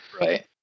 Right